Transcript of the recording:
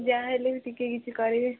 ଯାହା ହେଲେ ବି ଟିକିଏ କିଛି କରିବେ